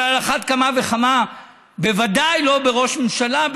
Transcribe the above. אבל על אחת כמה וכמה בוודאי לא בראש ממשלה,